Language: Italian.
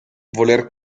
voler